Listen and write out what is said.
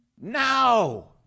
now